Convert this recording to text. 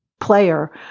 player